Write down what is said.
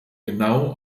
genau